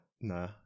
Nah